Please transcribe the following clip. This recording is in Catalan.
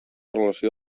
relació